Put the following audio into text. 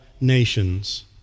nations